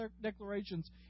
declarations